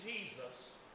Jesus